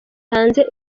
hanze